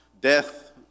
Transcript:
death